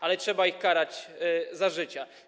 Ale trzeba ich karać za życia.